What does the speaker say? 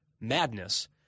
madness